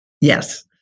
Yes